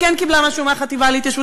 היא כן קיבלה משהו מהחטיבה להתיישבות,